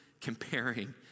comparing